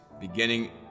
beginning